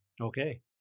Okay